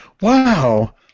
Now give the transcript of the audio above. Wow